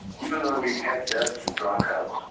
even though we had deaths and dropouts,